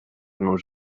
nos